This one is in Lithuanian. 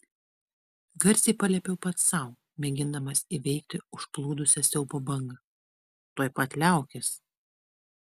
garsiai paliepiau pats sau mėgindamas įveikti užplūdusią siaubo bangą tuoj pat liaukis